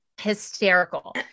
Hysterical